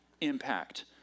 impact